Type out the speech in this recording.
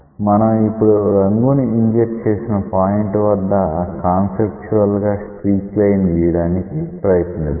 మనం ఇప్పుడు రంగు ని ఇంజెక్ట్ చేసిన పాయింట్ వద్ద కాన్సెప్టువల్ గా స్ట్రీక్ లైన్ గీయడానికి ప్రయత్నిద్దాం